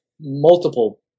multiple